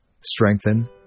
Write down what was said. strengthen